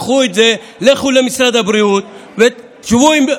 קחו את זה, לכו למשרד הבריאות ושבו עם,